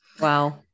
Wow